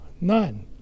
none